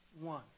one